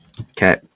Okay